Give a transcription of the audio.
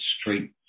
street